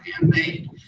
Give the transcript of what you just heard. handmade